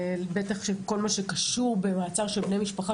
בטח של כל מה שקשור במעצר של בני משפחה,